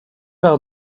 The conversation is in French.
par